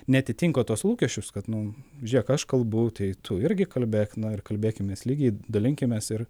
neatitinka tuos lūkesčius kad nu žiūrėk aš kalbu tai tu irgi kalbėk na ir kalbėkimės lygiai dalinkimės ir